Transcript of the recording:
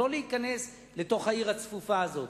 לא להיכנס לתוך העיר הצפופה הזאת,